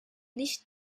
nicht